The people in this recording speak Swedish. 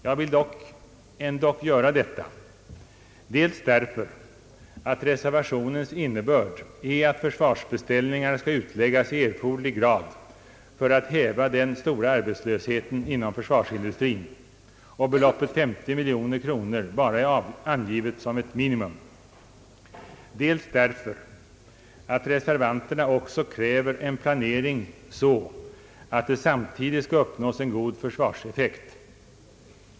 Jag vill ändock göra det, dels därför att reservationens innebörd är att försvarsbeställningar skall utläggas i erforderlig grad för att häva den stora arbetslösheten inom försvarsindustrin och beloppet 50 miljoner kronor bara är angivet såsom ett minimum, dels därför att vi reservanter också kräver en planering så att det samtidigt skall uppnås en god försvarseffekt.